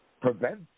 prevent